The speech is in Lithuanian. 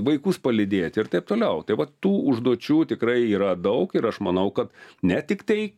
vaikus palydėti ir taip toliau tai vat tų užduočių tikrai yra daug ir aš manau kad ne tik tai